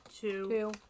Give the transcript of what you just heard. two